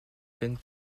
tend